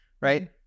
Right